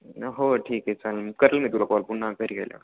हो ठीक आहे चालेल मग करेल मी तुला कॉल पुन्हा घरी गेल्यावर